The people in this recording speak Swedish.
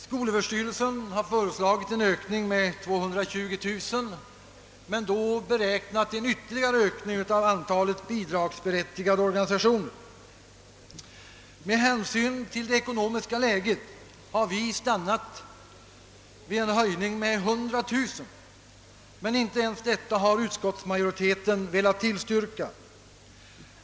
Skolöverstyrelsen har föreslagit en ökning med 220 000 kronor men då beräknat en ytterligare ökning av antalet bidragsberättigade organisationer. Med hänsyn till det ekonomiska läget har vi stannat vid en höjning med 100 000 kronor, men inte ens detta har utskottsmajoriteten velat tillstyrka.